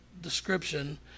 description